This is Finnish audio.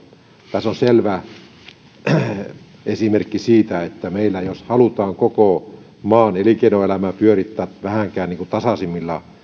tässä on selvä esimerkki siitä että jos meillä halutaan koko maan elinkeinoelämää pyörittää vähänkään tasaisemmilla